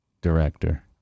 director